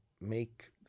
make